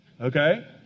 okay